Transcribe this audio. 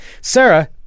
Sarah